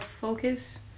focus